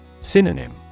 Synonym